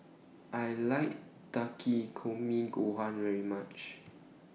I like Takikomi Gohan very much